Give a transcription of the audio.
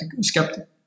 skeptical